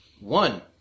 One